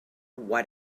what